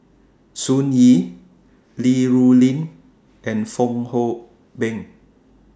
Sun Yee Li Rulin and Fong Hoe Beng